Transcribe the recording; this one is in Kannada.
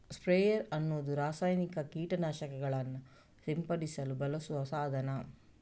ಸ್ಪ್ರೇಯರ್ ಅನ್ನುದು ರಾಸಾಯನಿಕ ಕೀಟ ನಾಶಕಗಳನ್ನ ಸಿಂಪಡಿಸಲು ಬಳಸುವ ಸಾಧನ